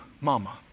mama